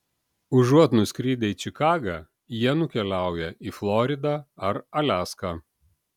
užuot nuskridę į čikagą jie nukeliauja į floridą ar aliaską